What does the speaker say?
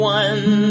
one